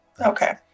Okay